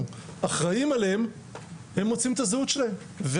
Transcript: אחראיים עליהם הם מוצאים את הזהות שלהם,